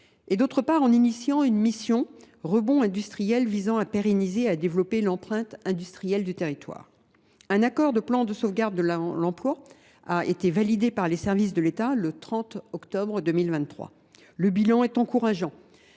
et, d’autre part, en lançant une mission, « Rebond industriel », visant à pérenniser et à développer l’empreinte industrielle du territoire. Un accord de plan de sauvegarde de l’emploi a été validé par les services de l’État le 30 octobre 2023. Le bilan est encourageant